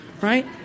right